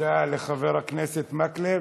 תודה לחבר הכנסת מקלב.